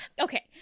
okay